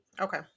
Okay